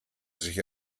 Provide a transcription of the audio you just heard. sich